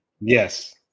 Yes